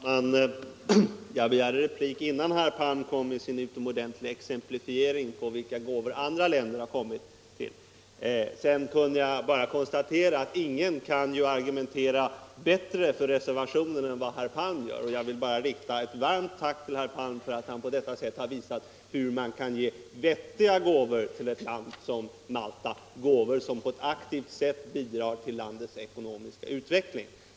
Herr talman! Jag begärde replik innan herr Palm kom med sin utomordentliga exemplifiering på vilka gåvor andra länder har kommit med. Sedan skall jag bara konstatera att ingen kan ju argumentera bättre för reservationen än vad herr Palm gör. Jag vill bara rikta ett varmt tack till herr Palm för att han på detta sätt har visat hur man kan ge vettiga gåvor till ett land som Malta, gåvor som på ett aktivt sätt bidrar till landets ekonomiska utveckling.